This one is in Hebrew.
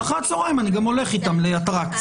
ואחר הצוהריים אני גם הולך איתם לאטרקציה.